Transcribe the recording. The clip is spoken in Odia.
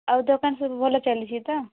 ଆଉ ଦୋକାନ ସବୁ ଭଲ ଚାଲିଛି ତ